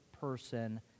person